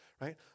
Right